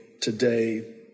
today